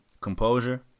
Composure